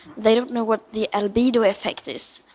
they don't know what the albedo effect is.